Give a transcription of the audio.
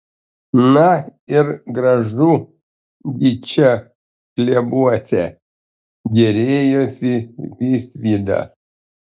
na ir gražu gi čia klevuose gėrėjosi visvydas